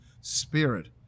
Spirit